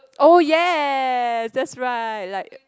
oh ya that's right like